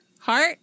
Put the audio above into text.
Heart